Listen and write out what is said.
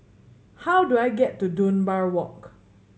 how do I get to Dunbar Walk